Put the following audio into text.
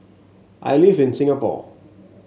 I live in Singapore